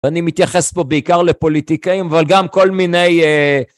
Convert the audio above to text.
אני מתייחס פה בעיקר לפוליטיקאים אבל גם כל מיני